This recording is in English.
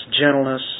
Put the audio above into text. gentleness